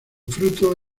fruto